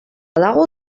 dago